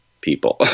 people